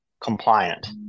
compliant